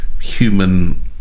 human